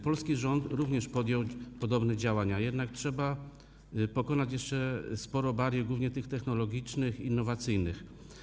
Polski rząd również podjął podobne działania, jednak trzeba pokonać jeszcze sporo barier, głównie technologicznych i innowacyjnych.